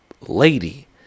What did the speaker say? lady